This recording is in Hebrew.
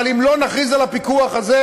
אבל אם לא נכריז על הפיקוח הזה,